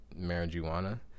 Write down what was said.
marijuana